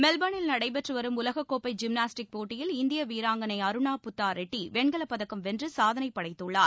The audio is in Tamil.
மெல்போனில் நடைபெற்று வரும் உலகக் கோப்பை ஜிம்னாஸ்டிக் போட்டியில் இந்திய வீராங்கனை அருணா புத்தா ரெட்டி வெண்கலப் பதக்கம் வென்று சாதனைப் படைத்துள்ளார்